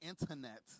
Internet